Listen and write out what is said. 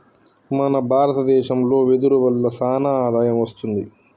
మన భారత దేశంలో వెదురు వల్ల సానా ఆదాయం వస్తుంది